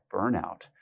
burnout